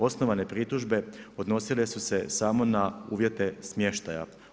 Osnovane pritužbe odnosile su se samo na uvjete smještaja.